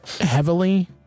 heavily